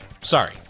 Sorry